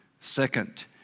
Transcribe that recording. Second